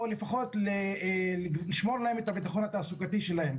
או לפחות לשמור להם את הביטחון התעסוקתי שלהם.